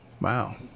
Wow